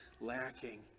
lacking